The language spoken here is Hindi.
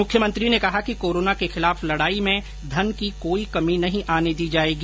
मुख्यमंत्री ने कहा कि कोरोना के खिलाफ लड़ाई में धन की कोई कमी नहीं आने दी जाएगी